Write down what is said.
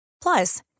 Plus